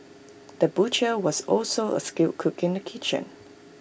the butcher was also A skilled cook in the kitchen